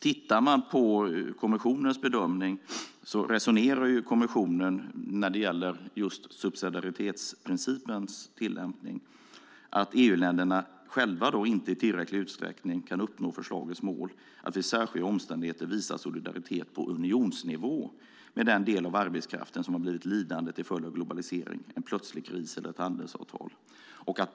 Om man tittar på kommissionens bedömning ser man att kommissionen just när det gäller subsidiaritetsprincipens tillämpning resonerar så att EU-länderna själva inte i tillräcklig utsträckning kan uppnå förslagets mål att under särskilda omständigheter visa solidaritet på unionsnivå med den del av arbetskraften som har blivit lidande till följd av globalisering, en plötslig kris eller ett handelsavtal.